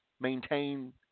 maintain